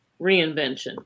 reinvention